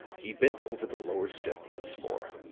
he bent over the lower step once more,